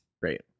Great